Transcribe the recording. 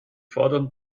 fordern